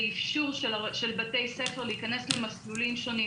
באפשור של בתי ספר להיכנס למסלולים שונים